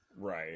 Right